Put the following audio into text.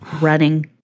running